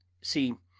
see,